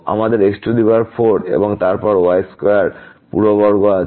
আমরা তাদের x4 এবং তারপর y2 পুরো বর্গ আছে